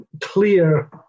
clear